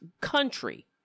country